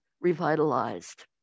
revitalized